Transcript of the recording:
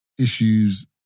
issues